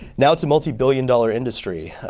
now it's a multi-billion dollar industry.